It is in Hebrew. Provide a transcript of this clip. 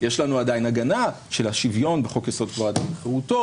יש לנו עדיין הגנה של השוויון בחוק יסוד: כבוד האדם וחירותו,